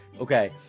Okay